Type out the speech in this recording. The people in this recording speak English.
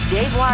Dave